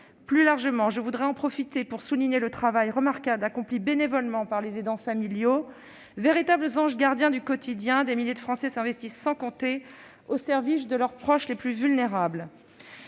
Plus largement, je voudrais en profiter pour souligner le travail remarquable accompli bénévolement par les aidants familiaux. Véritables anges gardiens du quotidien, des milliers de Français s'investissent sans compter au service de leurs proches les plus vulnérables.